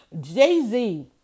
Jay-Z